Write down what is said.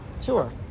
tour